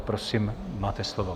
Prosím máte slovo.